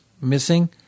missing